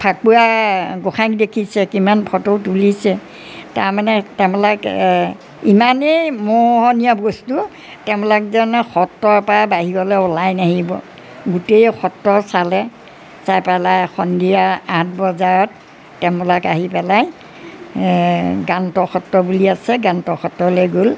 ফাকুৱা গোঁসাইক দেখিছে কিমান ফটো তুলিছে তাৰমানে তেওঁবিলাক ইমানেই মোহনীয়া বস্তু তেওঁবিলাক যেন সত্ৰৰপৰা বাহিৰলে ওলাই নাহিব গোটেই সত্ৰ চালে চাই পেলাই সন্ধিয়া আঠ বজাত তেওঁবিলাক আহি পেলাই গান্ত সত্ৰ বুলি আছে গান্ত সত্ৰলৈ গ'ল